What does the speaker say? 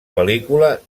pel·lícula